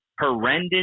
horrendous